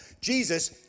Jesus